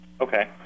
Okay